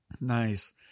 nice